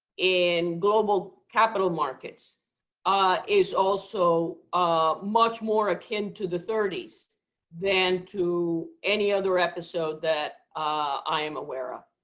in global capital markets ah is also ah much more akin to the thirty s so than to any other episode that i am aware of.